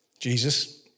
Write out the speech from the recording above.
Jesus